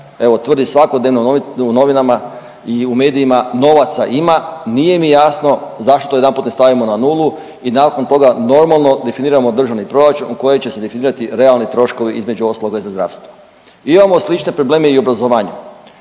tvrdi svakodnevno u novinama i u medijima novaca ima. Nije mi jasno zašto to jedanput ne stavimo na nulu i nakon toga normalno definiramo državni proračun u kojem će se definirati realni troškovi između ostaloga i za zdravstvo. Imamo slične probleme i u obrazovanju.